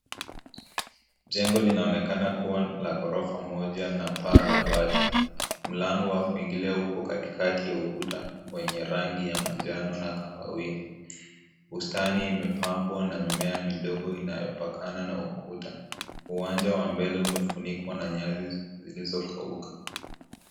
Jengo linaonekana kuwa la ghrofa moja na paa la bati. Mlango wa kuingilia upo katikati ya ukuta wenye rangi ya manjano na kahawia. Bustani imepambwa na mimea midogo inayopakana na ukuta. Uwanja wa mbele umefunikwa na nyasi zilizokauka.